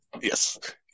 Yes